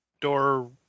door